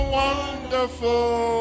wonderful